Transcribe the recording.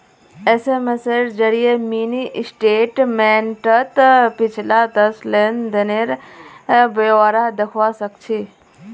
SMS जरिए mini स्टेटमेंटत पिछला दस लेन देनेर ब्यौरा दखवा सखछी